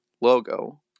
logo